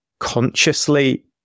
consciously